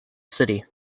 city